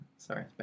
Sorry